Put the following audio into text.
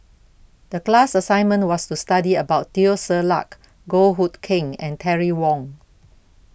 The class assignment was to study about Teo Ser Luck Goh Hood Keng and Terry Wong